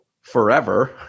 forever